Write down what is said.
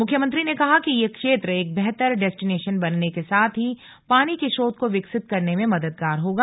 मुख्यमंत्री ने कहा कि यह क्षेत्र एक बेहतर डेस्टिनेशन बनने के साथ ही पानी के स्रोत को विकसित करने में मददगार होगा